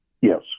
Yes